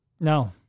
no